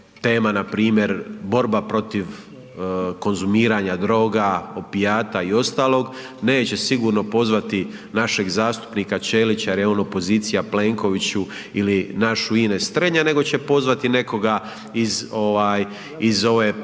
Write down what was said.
tema npr. borba protiv konzumiranja droga, opijata i ostalog neće sigurno pozvati našeg zastupnika Ćelića jer je on opozicija Plenkoviću ili našu Ines Strenja nego će pozvati nekoga iz ovog